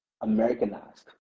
Americanized